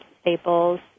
staples